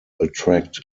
attract